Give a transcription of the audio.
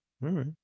right